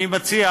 אני מציע